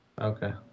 Okay